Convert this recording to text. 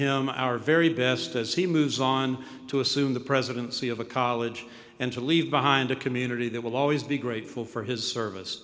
him our very best as he moves on to assume the presidency of a college and to leave behind a community that will always be grateful for his service